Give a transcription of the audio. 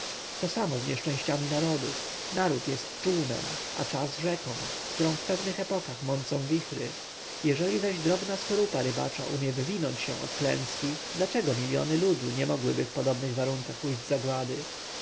to samo z nieszczęściami narodów naród jest czółnem a czas rzeką którą w pewnych epokach mącą wichry jeżeli zaś drobna skorupa rybacza umie wywinąć się od klęski dlaczego miljony ludu nie mogłyby w podobnych warunkach ujść zagłady